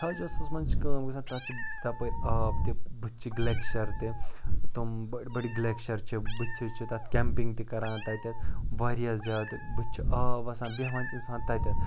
تھاجواسَس منٛز چھِ کٲم گژھان تَتھ چھِ تَپٲرۍ آب تہِ بٕتھِ چھِ گٕلٮ۪کشَر تہِ تِم بٔڑۍ بٔڑۍ گٕلٮ۪کشَر چھِ بٕتھِ چھِ تَتھ کٮ۪مپِنٛگ تہِ کَران تَتٮ۪تھ واریاہ زیادٕ بٕتھِ چھُ آب وَسان بیٚہوان چھِ اِنسان تَتٮ۪تھ